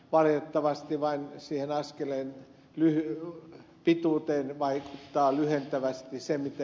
valitettavasti vain siihen askelen pituuteen vaikuttaa lyhentävästi se mitä ed